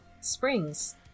springs